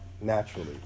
naturally